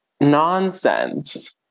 nonsense